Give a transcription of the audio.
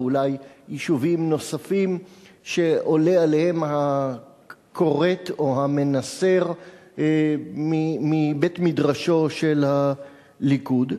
ואולי יישובים נוספים שעולה עליהם הכורת או המנסר מבית-מדרשו של הליכוד,